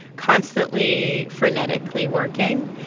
constantly, frenetically working.